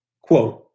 quote